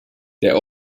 der